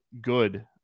good